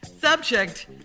Subject